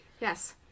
yes